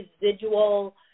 residual